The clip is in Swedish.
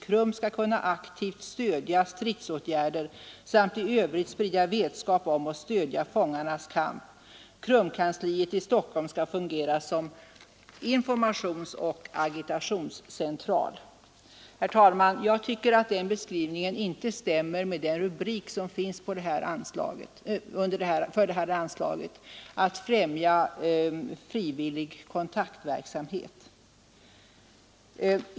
KRUM ska kunna aktivt stödja stridsåtgärder samt i Övrigt sprida vetskap om och stödja fångarnas kamp. KRUM kansliet i Stockholm ska fungera som informationsoch agitationscentral.” Herr talman! Jag tycker inte att den beskrivningen stämmer med den rubrik som finns för det här anslaget, Frivillig kontaktverksamhet.